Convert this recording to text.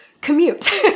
commute